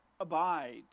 abide